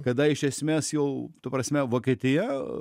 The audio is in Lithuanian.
kada iš esmės jau ta prasme vokietija